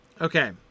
Okay